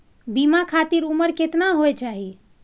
बीमा खातिर उमर केतना होय चाही?